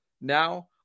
now –